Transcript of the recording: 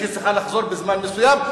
שצריכה לחזור בזמן מסוים.